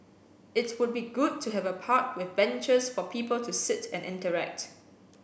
it would be good to have a park with benches for people to sit and interact